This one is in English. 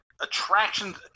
attractions